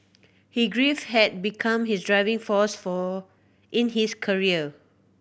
he grief had become his driving force for in his career